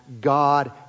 God